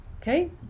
okay